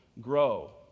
grow